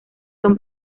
son